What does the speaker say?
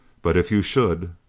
but if you should.